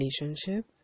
relationship